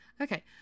Okay